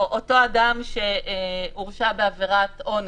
או אותו אדם שהורשע בעבירת אונס,